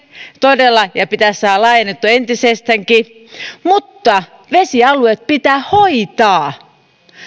todella ja sitä pitäisi saada laajennettua entisestäänkin mutta vesialueet pitää hoitaa